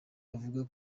avuga